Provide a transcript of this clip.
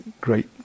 great